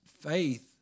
faith